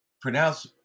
pronounce